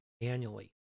annually